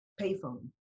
payphone